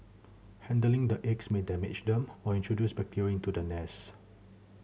handling the eggs may damage them or introduce bacteria into the nest